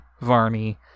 Varney